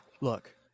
look